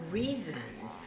reasons